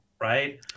right